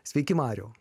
sveiki mariau